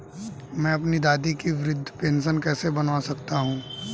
मैं अपनी दादी की वृद्ध पेंशन कैसे बनवा सकता हूँ?